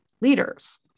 leaders